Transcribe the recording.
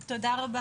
תודה.